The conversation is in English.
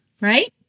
Right